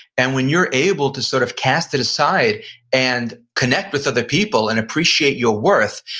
and when you're able to sort of cast it aside and connect with other people, and appreciate your worth,